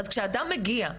אז כשאדם מגיע,